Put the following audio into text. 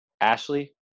Ashley